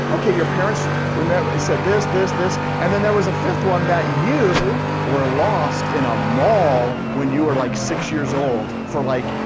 okay your parents said this, this, this, and then there was a fifth one that you were lost in a mall when you were like six years old for like,